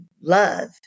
love